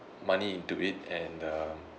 money into it and uh